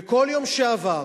וכל יום שעבר